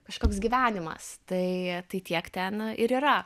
kažkoks gyvenimas tai tai tiek ten ir yra